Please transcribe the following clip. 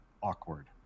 awkward